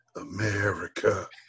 America